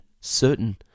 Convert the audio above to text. certain